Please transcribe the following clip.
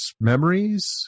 memories